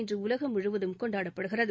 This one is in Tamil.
இன்று உலகம் முழுவதும் கொண்டாடப்படுகிறது